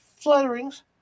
flutterings